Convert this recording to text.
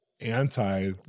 anti